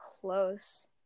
close